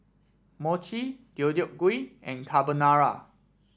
Mochi Deodeok Gui and Carbonara